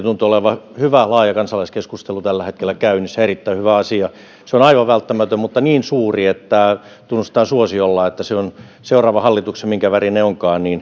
tuntuu olevan hyvä laaja kansalaiskeskustelu tällä hetkellä käynnissä erittäin hyvä asia se on aivan välttämätön mutta niin suuri että tunnustan suosiolla että se on seuraavan hallituksen minkä värinen onkaan